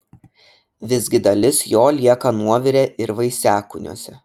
visgi dalis jo lieka nuovire ir vaisiakūniuose